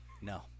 no